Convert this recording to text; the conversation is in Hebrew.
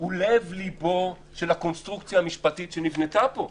הוא לב לבו של הקונסטרוקציה המשפטית שנבנתה פה,